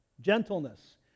Gentleness